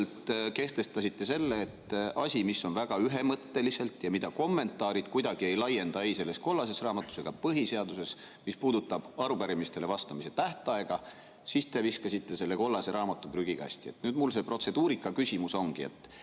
jõuliselt kehtestasite selle, et asi, mis on väga ühemõtteline ja mida kommentaarid kuidagi ei laienda ei selles kollases raamatus ega põhiseaduses, mis puudutab arupärimistele vastamise tähtaega, siis selle puhul te viskasite selle kollase raamatu prügikasti. Nüüd mul see protseduurikaküsimus ongi: kas